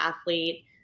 athlete